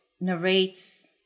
narrates